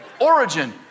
Origin